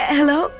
Hello